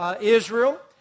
Israel